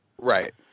Right